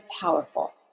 powerful